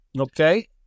Okay